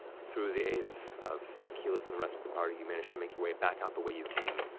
through the aid of of keyleth and the rest of the party, you manage to make your way back out the way you came,